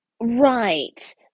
Right